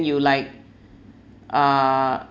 you like uh